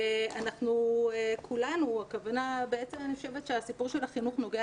ואנחנו כולנו אני חושבת שהסיפור של החינוך נוגע